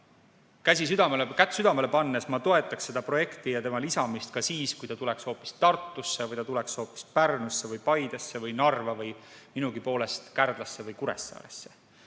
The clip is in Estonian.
Aga kätt südamele pannes ma toetaksin seda projekti ja tema lisamist ka siis, kui ta tuleks hoopis Tartusse või Pärnusse või Paidesse või Narva või minugipoolest Kärdlasse või Kuressaarde.